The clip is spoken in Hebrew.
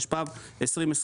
התשפ"ב-2021,